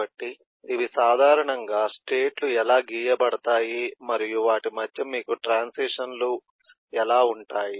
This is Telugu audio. కాబట్టి ఇవి సాధారణంగా స్టేట్ లు ఎలా గీయబడతాయి మరియు వాటి మధ్య మీకు ట్రాన్సిషన్ లు ఉంటాయి